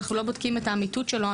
אנחנו לא בודקים את האמיתות שלו.